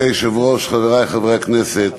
אדוני היושב-ראש, חברי חברי הכנסת,